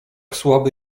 słaby